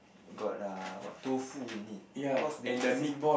got err what tofu in it cause like you say